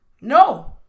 No